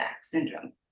syndrome